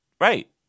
Right